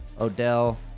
Odell